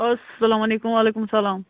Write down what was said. اسلام علیکُم وعلیکُم سلام